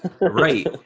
right